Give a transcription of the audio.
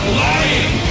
lying